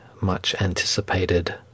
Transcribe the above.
much-anticipated